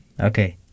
okay